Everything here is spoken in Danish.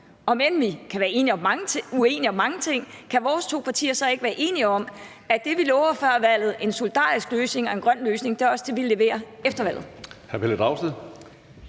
om end vi kan være uenige om mange ting – ikke være enige om, at det, vi lover før valget om en solidarisk løsning og en grøn løsning, også er det, vi leverer efter valget?